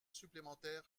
supplémentaires